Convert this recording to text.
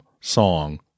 Song